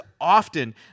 often